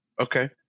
Okay